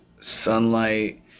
sunlight